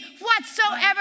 whatsoever